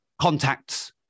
contacts